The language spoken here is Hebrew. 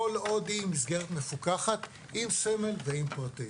כל עוד היא מסגרת מפוקחת אם סמל ואם פרטי.